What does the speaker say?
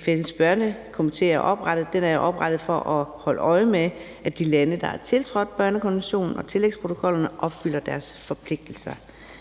FN's Børnekomité er oprettet for at holde øje med, at de lande, der har tiltrådt børnekonventionen og tillægsprotokollen, opfylder deres forpligtelser,